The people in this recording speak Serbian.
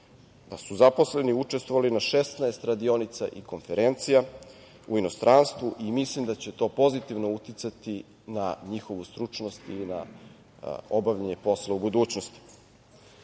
da su zaposleni učestvovali na 16 radionica i konferencija u inostranstvu i mislim da će to pozitivno uticati na njihovu stručnost ili na obavljanje posla u budućnosti. Koliko